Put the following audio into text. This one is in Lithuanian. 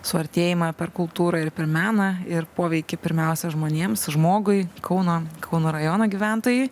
suartėjimą per kultūrą ir per meną ir poveikį pirmiausia žmonėms žmogui kauno kauno rajono gyventojai